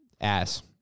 Ass